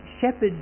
shepherds